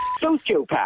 sociopath